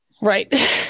right